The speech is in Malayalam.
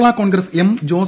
കേരളാ കോൺഗ്രസ്എം ജോസ്